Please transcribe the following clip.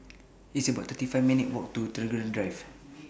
It's about thirty five minutes' Walk to Tagore Drive